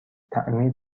تعمیر